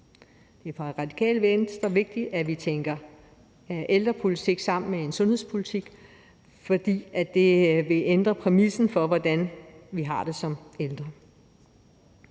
Det er for Radikale Venstre vigtigt, at vi tænker ældrepolitik sammen med en sundhedspolitik, fordi det vil ændre præmissen for, hvordan vi har det som ældre.